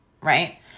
right